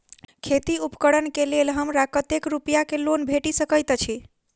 खेती उपकरण केँ लेल हमरा कतेक रूपया केँ लोन भेटि सकैत अछि?